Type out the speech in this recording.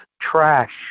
Trash